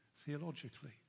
theologically